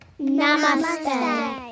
Namaste